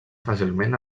fàcilment